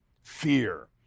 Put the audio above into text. fear